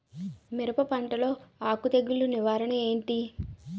మిరప పంటలో ఆకు తెగులు నివారణ ఏంటి?